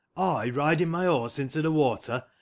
i, riding my horse into the water,